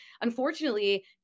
unfortunately